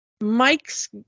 Mike's